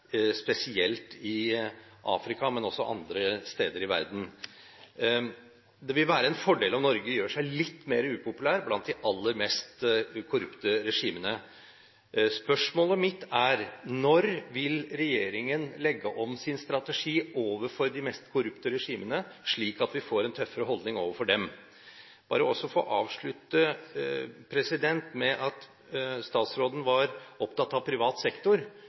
spesielt i Afrika, men også andre steder i verden. Det vil være en fordel om Norge gjør seg litt mer upopulær blant de aller mest korrupte regimene. Spørsmålet mitt er: Når vil regjeringen legge om sin strategi overfor de mest korrupte regimene, slik at vi får en tøffere holdning overfor dem? Jeg vil også bare få avslutte med å si at statsråden var opptatt av privat sektor.